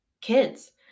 kids